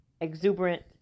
exuberant